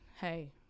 hey